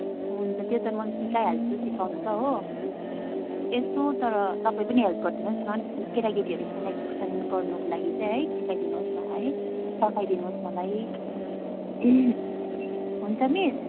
हुन्छ त्यो त मैले सिकाइहाल्छु सिकाउनु त हो यसो तर तपाईँ पनि हेल्प गरिदिनुहोस् न केटाकेटीहरू सेलेक्सन गर्नको लागि चाहिँ है सिकाइ दिनुहोस् न है सघाइ दिनुहोस् मलाई हुन्छ मिस